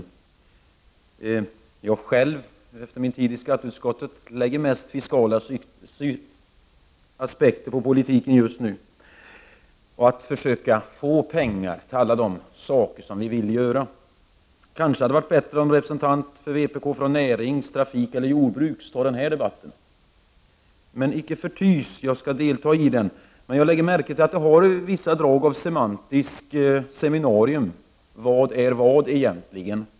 Själv lägger jag, efter min tid i skatteutskottet, mest fiskala aspekter på politiken just nu, för att försöka få fram pengar till allt det som vi vill åstadkomma. Det kanske hade varit bättre om någon vpk-representant från närings-, trafikeller jordbruksutskottet hade deltagit i denna debatt. Men icke förty skall jag delta i denna debatt. Men jag lägger märke till att debatten har vissa drag av semantiskt seminarium — vad är vad egentligen?